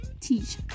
Teach